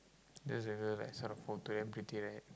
that's the girl I saw the photo damn pretty right